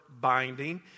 binding